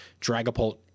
Dragapult